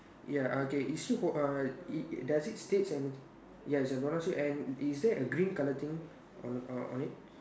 ya okay is she hold uh it does it states and ya it's a parachute and is there a green colour thing on on it